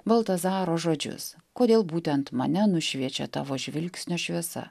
baltazaro žodžius kodėl būtent mane nušviečia tavo žvilgsnio šviesa